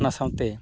ᱚᱱᱟ ᱥᱟᱶᱛᱮ